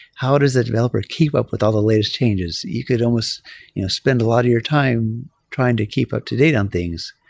how does the developer keep up with all the latest changes? you could almost you know spend a lot of your time trying to keep up-to-date on things.